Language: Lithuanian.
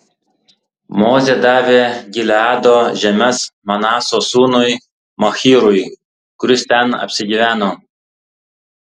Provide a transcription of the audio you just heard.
mozė davė gileado žemes manaso sūnui machyrui kuris ten apsigyveno